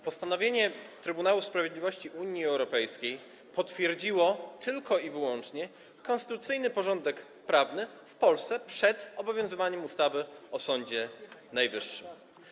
Postanowienie Trybunału Sprawiedliwości Unii Europejskiej potwierdziło tylko i wyłącznie konstytucyjny porządek prawny w Polsce przed obowiązywaniem ustawy o Sądzie Najwyższym.